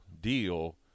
deal